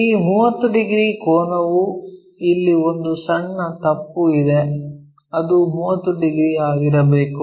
ಈ 30 ಡಿಗ್ರಿ ಕೋನವು ಇಲ್ಲಿ ಒಂದು ಸಣ್ಣ ತಪ್ಪು ಇದೆ ಇದು 30 ಡಿಗ್ರಿ ಆಗಿರಬೇಕು